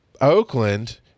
Oakland